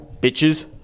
bitches